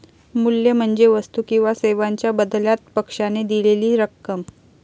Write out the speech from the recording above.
मूल्य म्हणजे वस्तू किंवा सेवांच्या बदल्यात पक्षाने दिलेली रक्कम